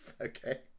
Okay